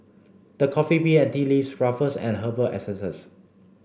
the Coffee Bean and Tea Leaf Ruffles and Herbal Essences